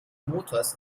motors